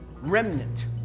remnant